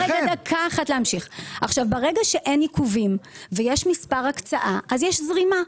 ברגע שאין עיכובים ויש מספר הקצאה, יש זרימה.